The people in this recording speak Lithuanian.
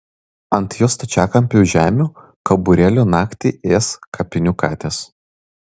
ant jos stačiakampio žemių kauburėlio naktį ės kapinių katės